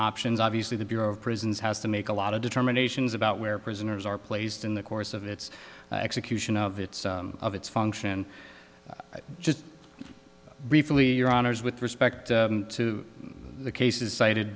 options obviously the bureau of prisons has to make a lot of determinations about where prisoners are placed in the course of its execution of its of its function just briefly your honour's with respect to the cases cited